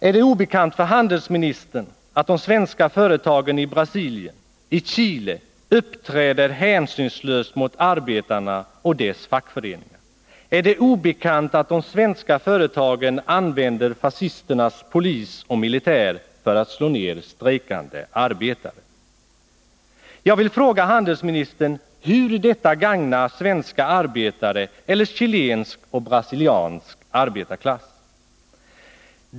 Är det obekant för handelsministern att de svenska företagen i Brasilien och i Chile uppträder hänsynslöst mot arbetarna och deras fackföreningar? Är det obekant att de svenska företagen använder fascisternas polis och militär för att slå ner strejkande arbetare? Jag vill fråga handelsministern hur detta gagnar svenska arbetare eller chilensk och brasiliansk arbetarklass.